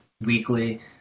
weekly